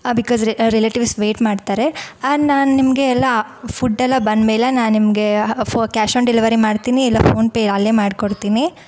because relatives wait ಮಾಡ್ತಾರೆ ನಾನು ನಿಮಗೆ ಎಲ್ಲ ಫುಡ್ಡೆಲ್ಲ ಬಂದಮೇಲೆ ನಾನು ನಿಮಗೆ ಫೋ ಕ್ಯಾಶ್ ಆನ್ ಡೆಲಿವರಿ ಮಾಡ್ತೀನಿ ಇಲ್ಲ ಫೋನ್ ಪೇ ಅಲ್ಲೇ ಮಾಡ್ಕೊಡ್ತೀನಿ